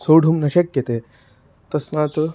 सोढुं न शक्यते तस्मात्